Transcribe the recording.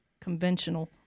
conventional